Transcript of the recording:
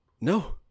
No